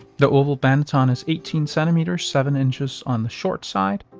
the oval banneton is eighteen centimeters, seven inches on the short side,